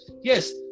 Yes